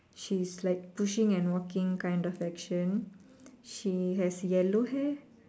she's like pushing and walking kind of action she has yellow hair